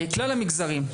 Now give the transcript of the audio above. כלל המגזרים.